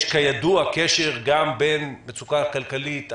גם בין מצוקה כלכלית,